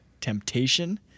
temptation